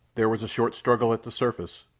there was a short struggle at the surface,